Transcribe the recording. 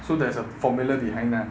so there's a formula behind that